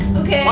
okay.